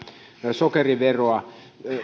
sokeriveroa